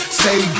say